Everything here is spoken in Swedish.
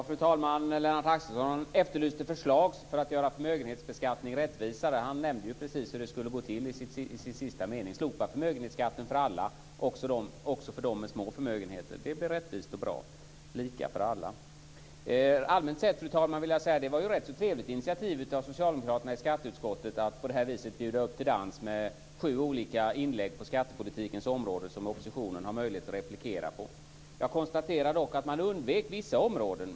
Fru talman! Lennart Axelsson efterlyste förslag på hur man kan göra förmögenhetsskatten rättvisare. Han nämnde precis hur det ska gå till i sin sista mening. Slopa förmögenhetsskatten för alla - också för dem med små förmögenheter. Det blir rättvist och bra och lika för alla. Allmänt vill jag, fru talman, säga att de var ett rätt trevligt initiativ av socialdemokraterna i skatteutskottet att på detta vis bjuda upp till dans med sju olika inlägg på skattepolitikens område som oppositionen har möjlighet att replikera på. Jag konstaterar dock att man undvek vissa områden.